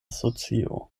socio